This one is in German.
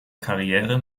karriere